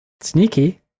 Sneaky